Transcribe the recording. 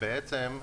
בעצם,